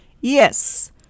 Yes